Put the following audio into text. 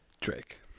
Drake